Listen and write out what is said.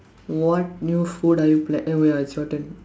what new food are you plan eh wait ya it's your turn